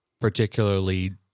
particularly